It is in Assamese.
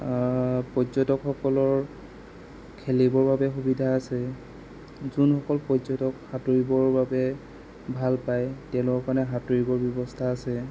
পৰ্যটকসকলৰ খেলিবৰ বাবে সুবিধা আছে যোনসকল পৰ্যটক সাঁতুৰিবৰ বাবে ভাল পায় তেওঁলোকৰ কাৰণে সাঁতুৰিবৰ ব্যৱস্থা আছে